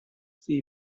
see